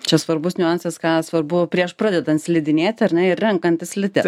čia svarbus niuansas ką svarbu prieš pradedant slidinėti ar ne ir renkantis slides